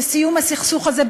לסיום הסכסוך הזה,